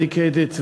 dedicated,